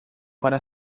para